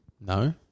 No